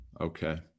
Okay